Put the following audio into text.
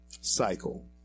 cycle